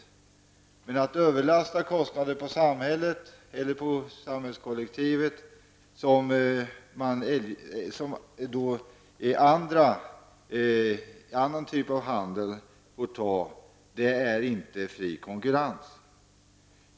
Att överlasta kostnader på samhällskollektivet som en annan typ av handel får ta över är inte fri konkurrens.